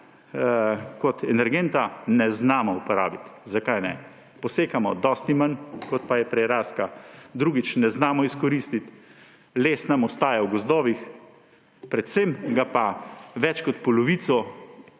kot energenta ne znamo uporabiti. Zakaj ne? Posekamo dosti manj, kot je prirastka. Drugič, ne znamo izkoristiti, les nam ostaja v gozdovih, predvsem ga pa več kot polovico